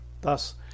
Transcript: Thus